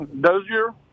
Dozier